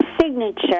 signature